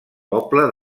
poble